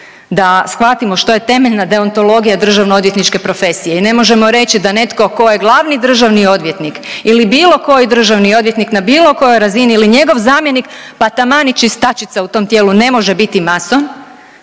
da shvatimo što je temeljna deontologija državno odvjetničke profesije i ne možemo reći da netko ko je glavni državni odvjetnik ili bilo koji državni odvjetnik na bilo kojoj razini ili njegov zamjenik, pa taman i čistačica u tom tijelu ne može biti mason